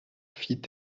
fit